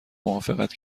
موافقت